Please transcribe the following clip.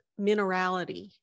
minerality